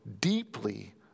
deeply